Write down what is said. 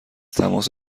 تماس